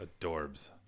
adorbs